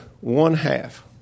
one-half